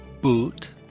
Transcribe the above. boot